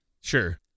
Sure